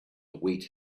await